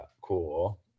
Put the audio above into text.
cool